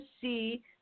see